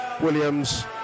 Williams